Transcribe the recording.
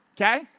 Okay